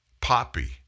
Poppy